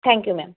thank you ma'am